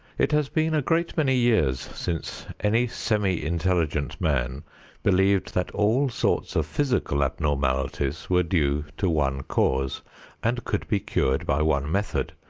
it has been a great many years since any semi-intelligent man believed that all sorts of physical abnormalities were due to one cause and could be cured by one method,